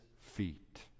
feet